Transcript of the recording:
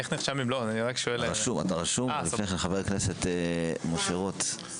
חבר הכנסת משה רוט.